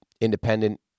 independent